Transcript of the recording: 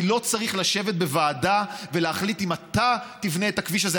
אני לא צריך לשבת בוועדה ולהחליט אם אתה תבנה את הכביש הזה,